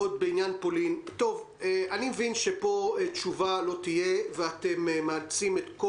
עוד בעניין פולין: אני מבין שפה תשובה לא תהיה ואתם מאלצים את כל